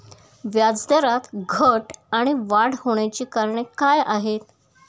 व्याजदरात घट आणि वाढ होण्याची कारणे काय आहेत?